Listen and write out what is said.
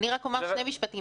אני רוצה לומר שני משפטים.